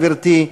גברתי,